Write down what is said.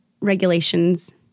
regulations